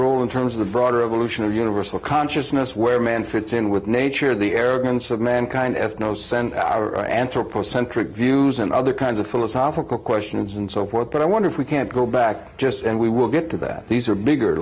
role in terms of the broader evolution of universal consciousness where man fits in with the nature of the arrogance of mankind ethno sent our anthropocentric views and other kinds of philosophical questions and so forth but i wonder if we can't go back just and we will get to that these are bigger